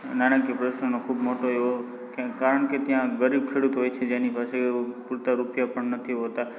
નાણાંકીય પ્રશ્નોનો ખૂબ મોટો એવો કારણ કે ત્યાં ગરીબ ખેડૂત હોય છે જેની પાસે પૂરતાં રૂપિયા પણ નથી હોતા